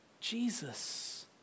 Jesus